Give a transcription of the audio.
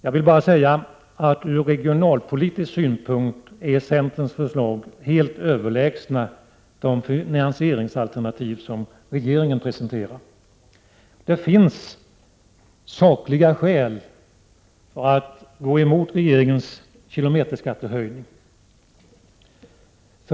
Jag vill bara säga att från regionalpolitisk synpunkt är centerns förslag helt överlägsna de finansieringsalternativ som regeringen presenterar. Det finns sakliga skäl att gå emot regeringens kilometerskattehöjning.